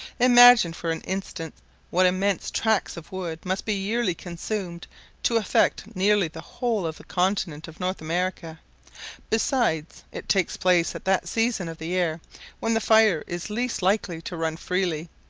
imagine for an instant what immense tracts of woods must be yearly consumed to affect nearly the whole of the continent of north america besides, it takes place at that season of the year when the fire is least likely to run freely,